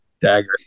dagger